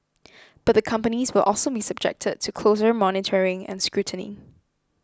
but the companies will also be subjected to closer monitoring and scrutiny